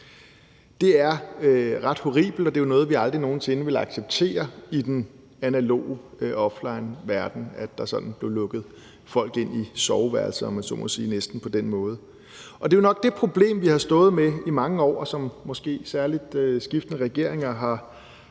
Det er ret horribelt, og det er jo noget, vi aldrig nogen sinde ville acceptere i den analoge offlineverden, altså at der sådan på den måde blev lukket folk næsten ind i soveværelset, om man så må sige. Og det er jo nok det problem, vi har stået med i mange år, og som måske særlig skiftende regeringer har